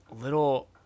little